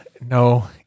No